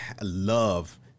love